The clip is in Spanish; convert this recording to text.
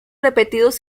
repetidos